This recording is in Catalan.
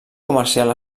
comercial